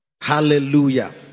hallelujah